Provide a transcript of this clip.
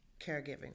caregiving